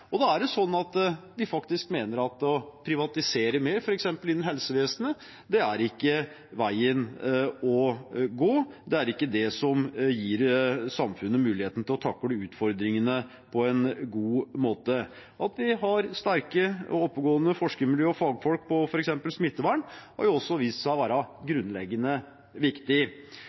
Da mener vi faktisk at å privatisere mer, f.eks. innen helsevesenet, ikke er veien å gå. Det er ikke det som gir samfunnet muligheten til å takle utfordringene på en god måte. At vi har sterke og oppegående forskermiljøer og fagfolk innen f.eks. smittevern, har også vist seg å være grunnleggende viktig.